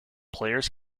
players